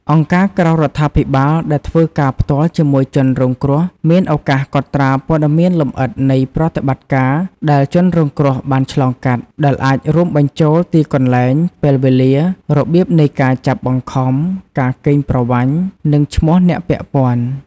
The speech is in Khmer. អង្គការក្រៅរដ្ឋាភិបាលដែលធ្វើការផ្ទាល់ជាមួយជនរងគ្រោះ មានឱកាសកត់ត្រាព័ត៌មានលម្អិតនៃប្រតិបត្តិការណ៍ដែលជនរងគ្រោះបានឆ្លងកាត់ ដែលអាចរួមបញ្ចូលទីកន្លែង ពេលវេលា របៀបនៃការចាប់បង្ខំ ការកេងប្រវ័ញ្ច និងឈ្មោះអ្នកពាក់ព័ន្ធ។